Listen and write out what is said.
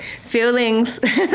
Feelings